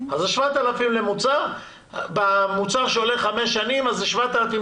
ה-7,000 למוצר הופך לחמש שנים.